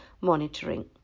monitoring